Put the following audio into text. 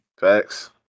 Facts